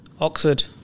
Oxford